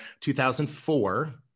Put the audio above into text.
2004